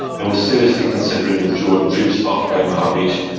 and was seriously considering withdrawing troops off omaha beach,